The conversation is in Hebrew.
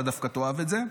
אתה דווקא תאהב את זה.